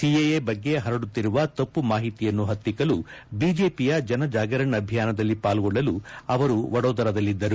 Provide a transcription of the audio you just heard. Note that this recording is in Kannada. ಸಿಎಎ ಬಗ್ಗೆ ಹರಡುತ್ತಿರುವ ತಪ್ಪು ಮಾಹಿತಿಯನ್ನು ಹತ್ತಿಕ್ನಲು ಬಿಜೆಪಿಯ ಜನ ಜಾಗರಣ್ ಅಭಿಯಾನದಲ್ಲಿ ಪಾಲ್ಗೊಳ್ಳಲು ಅವರು ವಡೋದರಾದಲ್ಲಿದ್ದರು